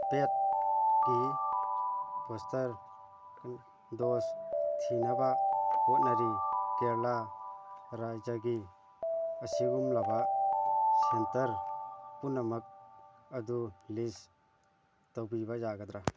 ꯄꯦꯠꯒꯤ booster dose ꯊꯤꯅꯕ ꯍꯣꯠꯅꯔꯤ ꯀꯦꯔꯂꯥ ꯔꯥꯖ꯭ꯌꯥꯒꯤ ꯑꯁꯤꯒꯨꯝꯂꯕ ꯁꯦꯟꯇꯔ ꯄꯨꯝꯅꯃꯛ ꯑꯗꯨ ꯂꯤꯁ ꯇꯧꯕꯤꯕ ꯌꯥꯒꯗ꯭ꯔ